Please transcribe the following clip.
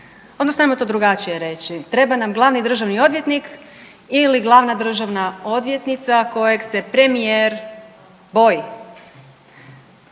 odnosno hajmo to drugačije reći. Treba nam glavni državni odvjetnik ili glavna državna odvjetnica kojeg se premijer boji.